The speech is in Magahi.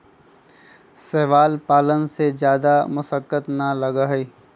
शैवाल पालन में जादा मशक्कत ना लगा हई